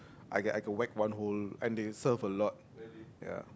I got I got wreck one whole and they serve a lot ya